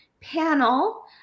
panel